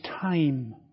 time